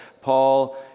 Paul